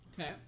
Okay